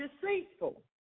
deceitful